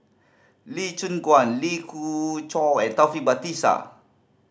Lee Choon Guan Lee Khoon Choy and Taufik Batisah